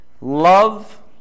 love